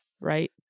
Right